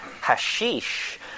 Hashish